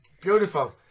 beautiful